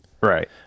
right